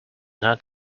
not